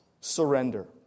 surrender